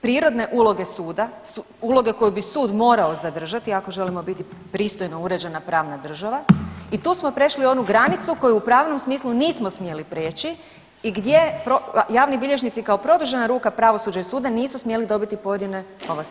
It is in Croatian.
Prirodne uloge suda su uloge koje bi sud morao zadržati ako želimo biti pristojno uređena pravna država i tu smo prešli onu granicu koju u pravnom smislu nismo smjeli prijeći i gdje javni bilježnici kao produžen ruka pravosuđa i suda nisu smjeli dobiti pojedine ovlasti.